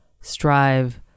Strive